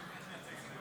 ישראל ביתנו